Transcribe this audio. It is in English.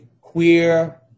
queer